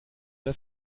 das